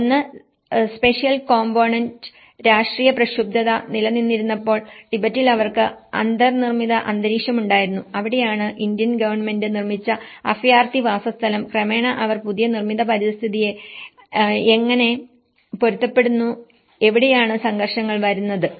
ഒന്ന് special component രാഷ്ട്രീയ പ്രക്ഷുബ്ധത നിലനിന്നിരുന്നപ്പോൾ ടിബറ്റിൽ അവർക്ക് അന്തർനിർമ്മിത അന്തരീക്ഷം എന്തായിരുന്നു അവിടെയാണ് ഇന്ത്യൻ ഗവൺമെന്റ് നിർമ്മിച്ച അഭയാർത്ഥി വാസസ്ഥലം ക്രമേണ അവർ പുതിയ നിർമ്മിത പരിസ്ഥിതിയെ എങ്ങനെ പൊരുത്തപ്പെടുത്തുന്നു അവിടെയാണ് സംഘർഷങ്ങൾ വരുന്നത്